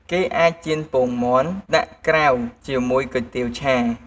គេអាចចៀនពងមាន់ ដាក់ក្រៅជាមួយគុយទាវឆា។